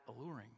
Alluring